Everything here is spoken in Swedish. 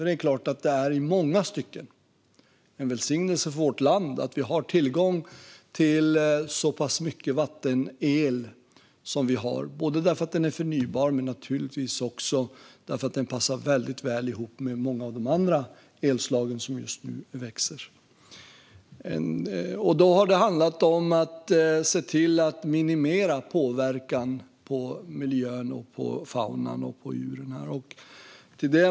Det är klart att det i många stycken är en välsignelse för vårt land att vi har tillgång till så pass mycket vattenel som vi har - både för att den är förnybar och naturligtvis också för att den passar väldigt väl ihop med många av de andra elslagen som just nu växer. Det har handlat om att se till att minimera påverkan på miljön och faunan, alltså djuren.